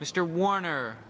mr warner